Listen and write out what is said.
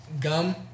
gum